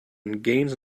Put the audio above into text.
gains